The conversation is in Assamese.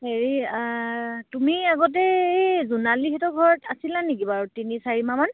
হেৰি তুমি আগতে এই জোনালীহঁতৰ ঘৰত আছিলা নেকি বাৰু তিনি চাৰিমাহ মান